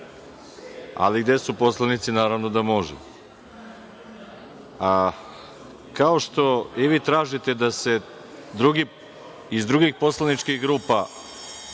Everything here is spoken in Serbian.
ali gde su poslanici naravno da možete. Kao što i vi tražite da se iz drugih poslaničkih grupa